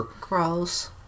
Gross